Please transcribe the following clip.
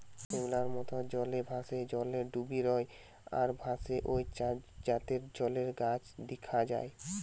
শ্যাওলার মত, জলে ভাসে, জলে ডুবি রয় আর ভাসে ঔ চার জাতের জলের গাছ দিখা যায়